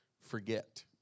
forget